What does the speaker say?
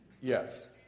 Yes